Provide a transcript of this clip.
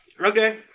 Okay